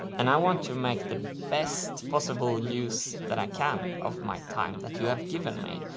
and i want to make the best possible use that i can of my time that you have given me.